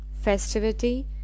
festivity